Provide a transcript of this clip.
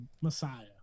Messiah